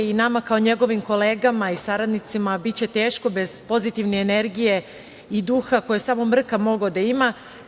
Nama kao njegovim kolegama i saradnicima biće teško bez pozitivne energije i duha koji je samo Mrka mogao da ima.